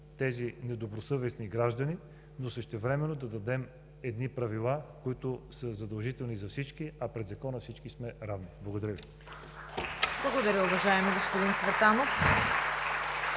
тези недобросъвестни граждани, но същевременно да дадем едни правила, които са задължителни за всички, а пред закона всички сме равни. Благодаря Ви. (Ръкопляскания.)